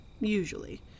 Usually